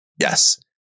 Yes